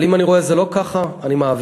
אבל אם אני רואה שזה לא כך, אני מעביר.